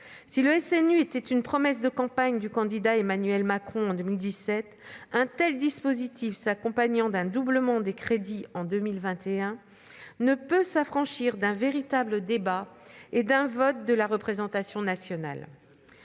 Si le SNU était une promesse de campagne du candidat Emmanuel Macron, en 2017, un tel dispositif, s'accompagnant d'un doublement des crédits en 2021, ne peut s'affranchir d'un véritable débat ni d'un vote de la représentation nationale.